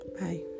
bye